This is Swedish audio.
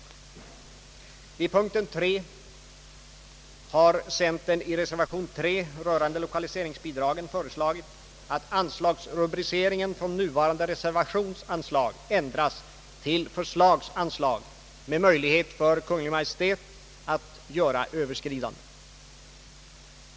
Beträffande utskottets hemställan under punkten 3 har centern i reservation rörande Ilokaliseringsbidrag föreslagit att anslagsrubriceringen från nuvarande reservationsanslag ändras till förslagsanslag med möjlighet för Kungl. Maj:t att göra överskridanden.